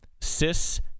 cis